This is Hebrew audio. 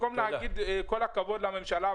במקום להגיד כל הכבוד לממשלה,